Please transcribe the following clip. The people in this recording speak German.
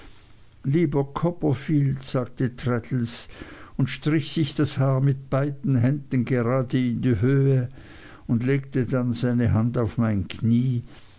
lieber copperfield sagte traddles und strich sich das haar mit beiden händen gerade in die höhe und legte dann seine hand auf mein knie